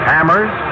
Hammers